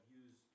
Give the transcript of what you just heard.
use